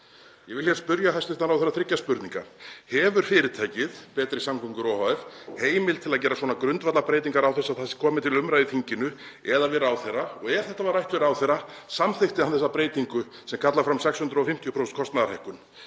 Ég vil spyrja hæstv. ráðherra þriggja spurninga: Hefur fyrirtækið Betri samgöngur ohf. heimild til að gera svona grundvallarbreytingar án þess að það komi til umræðu í þinginu eða við ráðherra og, ef þetta var rætt við ráðherra, samþykkti hann þessa breytingu sem kallar fram 650% kostnaðarhækkun?